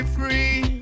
free